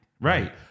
Right